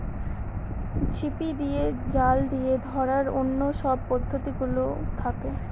ঝিপি দিয়ে, জাল দিয়ে ধরার অন্য সব পদ্ধতি গুলোও থাকে